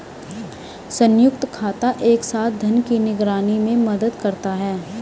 संयुक्त खाता एक साथ धन की निगरानी में मदद करता है